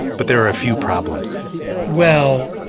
but there are a few problems well,